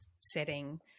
setting